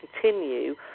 continue